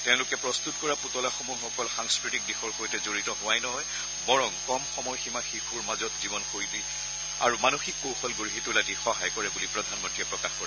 তেওঁলোকে প্ৰস্তত কৰা পুতলাসমূহ অকল সাংস্কৃতিক দিশৰ সৈতে জড়িত হোৱাই নহয় বৰং কম বয়সীয়া শিশুৰ মাজত জীৱন কৌশল আৰু মানসিক কৌশল গঢ়ি তোলাত ই সহায় কৰে বুলি প্ৰধানমন্ত্ৰীয়ে প্ৰকাশ কৰে